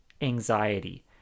anxiety